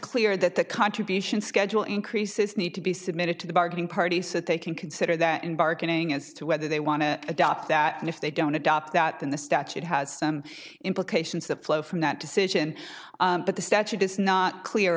clear that the contribution schedule increases need to be submitted to the bargaining parties that they can consider that in bargaining as to whether they want to adopt that and if they don't adopt that then the statute has some implications that flow from that decision but the statute is not clear